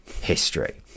history